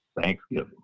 thanksgiving